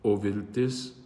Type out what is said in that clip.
o viltis